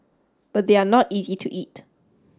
but they are not easy to eat